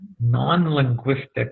non-linguistic